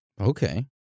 Okay